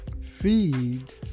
Feed